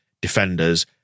defenders